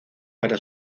para